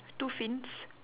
two fins